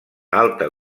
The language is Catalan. alta